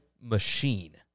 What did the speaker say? machine